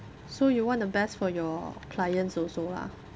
so you want the best for your clients also lah